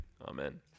Amen